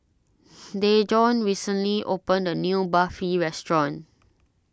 Dejon recently opened a new Barfi restaurant